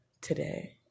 today